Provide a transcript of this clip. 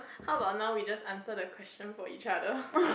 how about now we just answer the question for each other